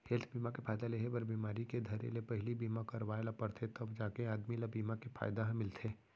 health बीमा के फायदा लेहे बर बिमारी के धरे ले पहिली बीमा करवाय ल परथे तव जाके आदमी ल बीमा के फायदा ह मिलथे